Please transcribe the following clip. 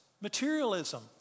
Materialism